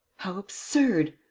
how absurd!